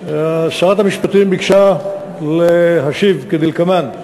שרת המשפטים ביקשה להשיב כדלקמן: